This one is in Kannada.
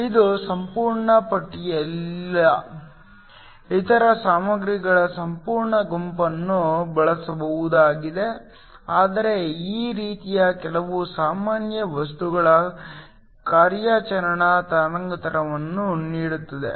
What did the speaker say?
ಇದು ಸಂಪೂರ್ಣ ಪಟ್ಟಿಯಲ್ಲ ಇತರ ಸಾಮಗ್ರಿಗಳ ಸಂಪೂರ್ಣ ಗುಂಪನ್ನು ಬಳಸಬಹುದಾಗಿದೆ ಆದರೆ ಈ ರೀತಿಯ ಕೆಲವು ಸಾಮಾನ್ಯ ವಸ್ತುಗಳ ಕಾರ್ಯಾಚರಣಾ ತರಂಗಾಂತರಗಳನ್ನು ನೀಡುತ್ತದೆ